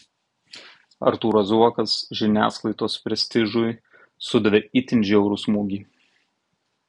artūras zuokas žiniasklaidos prestižui sudavė itin žiaurų smūgį